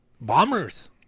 bombers